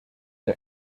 der